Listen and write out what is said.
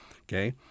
okay